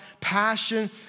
passion